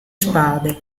spade